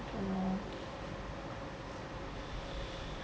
I don't know